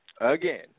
Again